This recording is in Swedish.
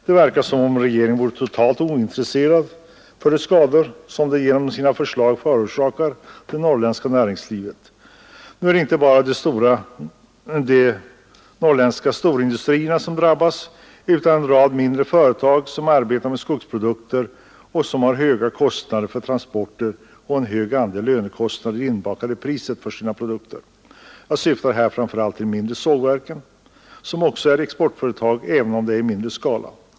Det verkar som om regeringen vore totalt ointresserad av de skador som den genom sina förslag förorsakar det norrländska näringslivet. Det är inte bara de norrländska storindustrierna som drabbas. En rad mindre företag, som arbetar med skogsprodukter och som har höga kostnader för transporter och en hög andel lönekostnader inbakad i priset för sina produkter, drabbas också. Jag syftar här framför allt på de mindre sågverken som också är exportföretag även om det är i mindre skala.